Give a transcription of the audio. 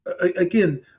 again